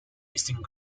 missing